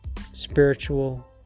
spiritual